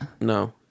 No